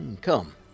Come